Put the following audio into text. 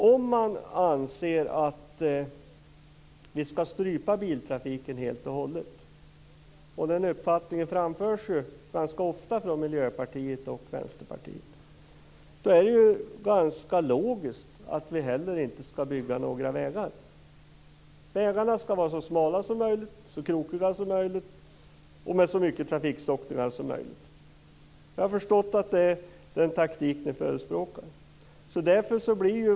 Om man anser att vi skall strypa biltrafiken helt och hållet - den uppfattningen framförs ju ganska ofta från Miljöpartiet och Vänsterpartiet - då är det ganska logiskt att vi inte heller skall bygga några vägar. Vägarna skall vara så smala och krokiga som möjligt och med så mycket trafikstockningar som möjligt. Jag har förstått att det är den taktik som Miljöpartiet och Vänsterpartiet förespråkar.